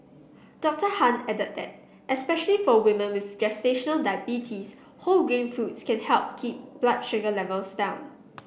Dr Han added that especially for women with gestational diabetes whole grain foods can help keep blood sugar levels down